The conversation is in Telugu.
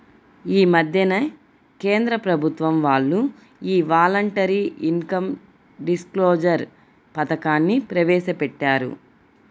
యీ మద్దెనే కేంద్ర ప్రభుత్వం వాళ్ళు యీ వాలంటరీ ఇన్కం డిస్క్లోజర్ పథకాన్ని ప్రవేశపెట్టారు